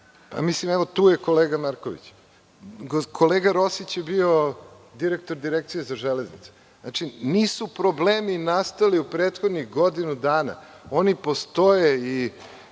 direktor. Evo tu je kolega Marković. Kolega Rosić je bio direktor Direkcije za železnice. Nisu problemi nastali u prethodnih godinu dana. Oni postoje i